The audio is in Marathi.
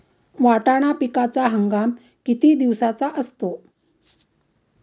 वाटाणा पिकाचा हंगाम किती दिवसांचा असतो?